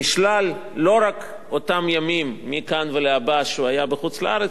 נשללו לא רק אותם ימים מכאן ולהבא שהוא היה בחוץ-לארץ,